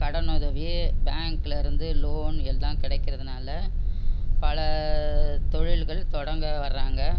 கடன் உதவி பேங்க்லேருந்து லோன் எல்லாம் கிடைக்கிறதுனால பல தொழில்கள் தொடங்க வர்ராங்க